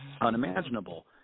unimaginable